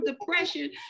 depression